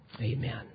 Amen